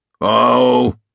Oh